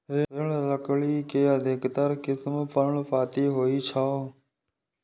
दृढ़ लकड़ी के अधिकतर किस्म पर्णपाती होइ छै